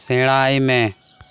ᱥᱮᱲᱟᱭ ᱢᱮ